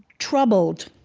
troubled.